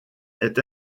est